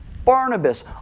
Barnabas